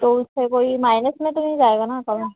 तो उससे कोई माइनस में तो नहीं जाएगा ना अकाउंट